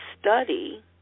study